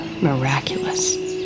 miraculous